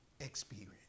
experience